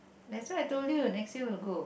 that's why I told you next year will go